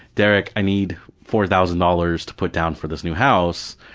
derek, i need four thousand dollars to put down for this new house.